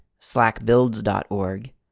slackbuilds.org